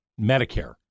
Medicare